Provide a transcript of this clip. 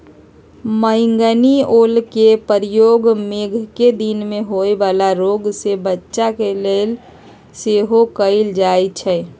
बइगनि ओलके प्रयोग मेघकें दिन में होय वला रोग से बच्चे के लेल सेहो कएल जाइ छइ